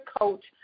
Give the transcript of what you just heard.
coach